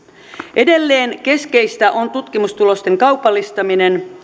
edelleen keskeistä on tutkimustulosten kaupallistaminen